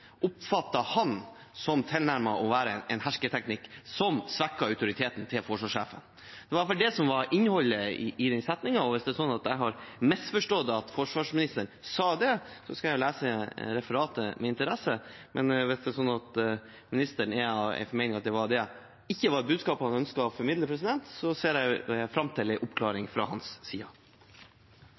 den setningen, og hvis jeg har misforstått at forsvarsministeren sa det, skal jeg lese referatet med interesse. Men hvis det er slik at ministeren er av den formening at det ikke var et budskap han ønsket å formidle, ser jeg fram til en oppklaring fra hans side.